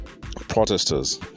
protesters